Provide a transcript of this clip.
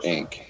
Inc